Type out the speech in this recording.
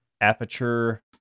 *Aperture